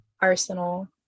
Arsenal